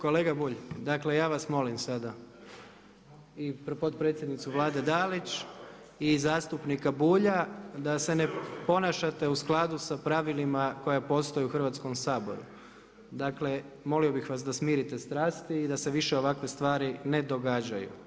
Kolega Bulj, ja vas molim … [[Govornici govore istovremeno, ne razumije se.]] i potpredsjednicu Dalić i zastupnika Bulja da se ne ponašate u skladu sa pravilima koja postoje u Hrvatskom saboru. dakle molio bih vas da smirite strasti i da se više ovakve stvari ne događaju.